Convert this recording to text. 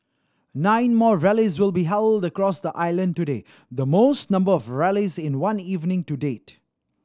nine more rallies will be held across the island today the most number of rallies in one evening to date